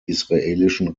israelischen